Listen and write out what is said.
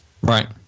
Right